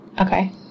Okay